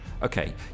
Okay